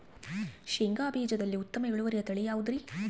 ಶೇಂಗಾ ಬೇಜದಲ್ಲಿ ಉತ್ತಮ ಇಳುವರಿಯ ತಳಿ ಯಾವುದುರಿ?